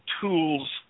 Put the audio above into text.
Tools